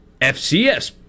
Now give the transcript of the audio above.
FCS